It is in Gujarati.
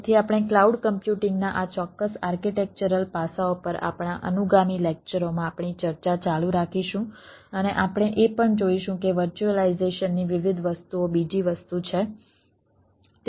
તેથી આપણે ક્લાઉડ કમ્પ્યુટિંગના આ ચોક્કસ આર્કિટેક્ચરલ પાસાઓ પરના આપણા અનુગામી લેક્ચરોમાં આપણી ચર્ચા ચાલુ રાખીશું અને આપણે એ પણ જોઈશું કે વર્ચ્યુઅલાઈઝેશનની વિવિધ વસ્તુઓ બીજી વસ્તુ છે